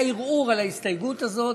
היה ערעור על ההסתייגות הזאת,